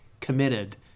committed